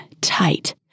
tight